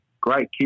great